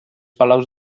palaus